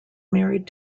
married